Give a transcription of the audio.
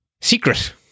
secret